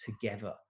together